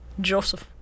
Joseph